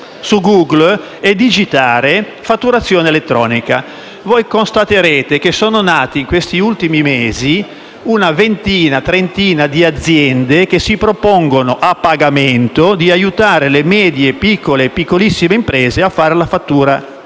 su Google*,* e digitare «fatturazione elettronica». Constaterete che sono nati in questi ultimi mesi una ventina o trentina di aziende che si propongono, a pagamento, di aiutare le medie, piccole e piccolissime imprese a fare le fatturazione elettronica.